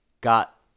got